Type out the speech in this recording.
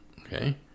okay